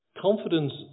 Confidence